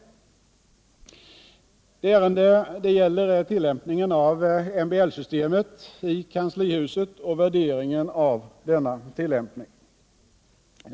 Det ärende det gäller är tillämpningen av MBL-systemet i kanslihuset och värderingen av denna tillämpning.